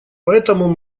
поэтому